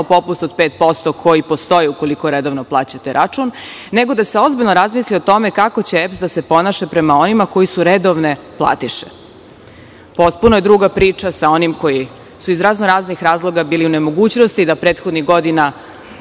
popust od 5%, koji postoji ukoliko redovno plaćate račun, nego da se ozbiljno razmisli o tome kako će EPS da se ponaša prema onima koji su redovne platiše. Potpuno je druga priča sa onim koji su iz raznoraznih razloga bili u nemogućnosti da prethodnih godina